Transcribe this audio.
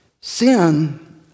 Sin